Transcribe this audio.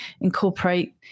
incorporate